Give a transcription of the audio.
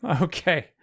Okay